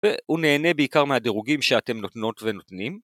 ‫והוא נהנה בעיקר מהדירוגים ‫שאתם נותנות ונותנים.